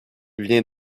vient